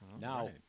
now